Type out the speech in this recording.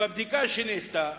בבדיקה שנעשתה,